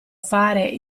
fare